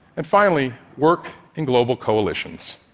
and finally work in global coalitions.